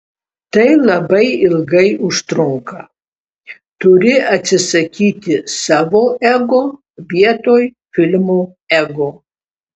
tai labai ilgai užtrunka turi atsisakyti savo ego vietoj filmo ego